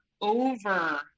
over